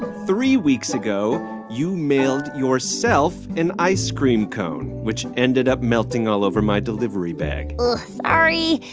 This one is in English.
three weeks ago, you mailed yourself an ice cream cone, which ended up melting all over my delivery bag sorry.